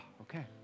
okay